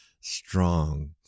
strong